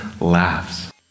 laughs